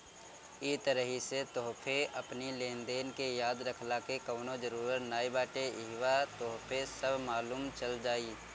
इ तरही से तोहके अपनी लेनदेन के याद रखला के कवनो जरुरत नाइ बाटे इहवा तोहके सब मालुम चल जाई